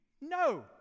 No